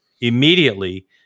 immediately